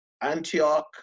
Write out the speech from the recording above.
Antioch